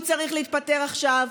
הוא צריך להתפטר עכשיו,